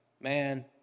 man